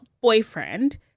boyfriend